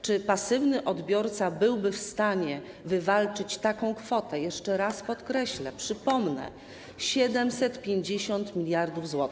Czy pasywny odbiorca byłby w stanie wywalczyć taką kwotę - jeszcze raz podkreślę, przypomnę - 750 mld zł?